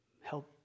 Help